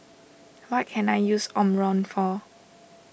what can I use Omron for